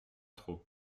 trop